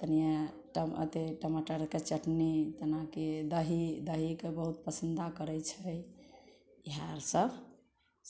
तनी अथी टमाटरके चटनी जेनाकी दही दहीके बहुत पसंदीदा करैत छै ईहए सब